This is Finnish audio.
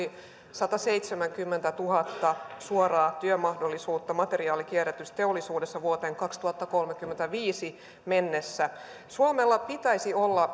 sataseitsemänkymmentätuhatta suoraa työmahdollisuutta materiaalikierrätysteollisuudessa vuoteen kaksituhattakolmekymmentäviisi mennessä suomella pitäisi